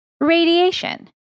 Radiation